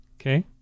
Okay